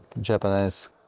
japanese